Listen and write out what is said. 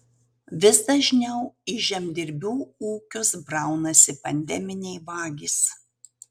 vis dažniau į žemdirbių ūkius braunasi pandeminiai vagys